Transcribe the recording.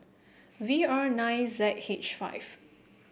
V R nine Z H five